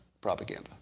propaganda